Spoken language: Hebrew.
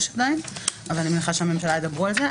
עדיין אבל אני מניחה שהממשלה ידברו על זה.